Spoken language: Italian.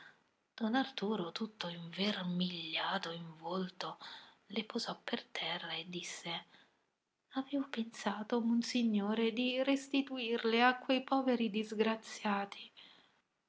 tu intendi don arturo tutto invermigliato in volto le posò per terra e disse avevo pensato monsignore di restituirle a quei poveri disgraziati